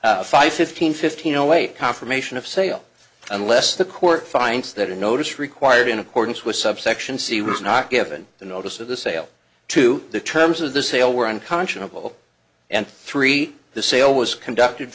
does five fifteen fifteen no way confirmation of sale unless the court finds that a notice required in accordance with subsection c was not given the notice of the sale to the terms of the sale were unconscionable and three the sale was conducted